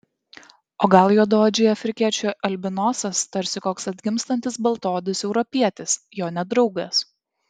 o gal juodaodžiui afrikiečiui albinosas tarsi koks atgimstantis baltaodis europietis jo nedraugas